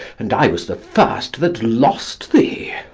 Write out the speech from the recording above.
and i was the first that lost thee.